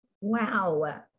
wow